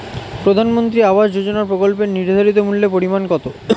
প্রধানমন্ত্রী আবাস যোজনার প্রকল্পের নির্ধারিত মূল্যে পরিমাণ কত?